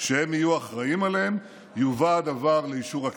שהם יהיו אחראים להם, יובא הדבר לאישור הכנסת.